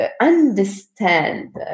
understand